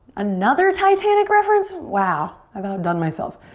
another titanic reference? wow, i've outdone myself.